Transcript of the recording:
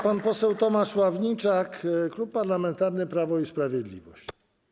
Pan poseł Tomasz Ławniczak, Klub Parlamentarny Prawo i Sprawiedliwość.